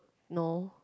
no